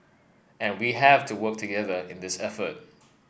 and we have to work together in this effort